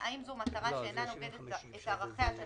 האם זו מטרה שאינה נוגדת את ערכיה של